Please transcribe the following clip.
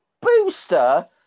booster